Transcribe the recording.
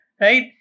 right